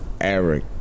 Eric